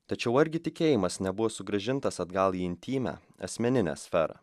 tačiau argi tikėjimas nebuvo sugrąžintas atgal į intymią asmeninę sferą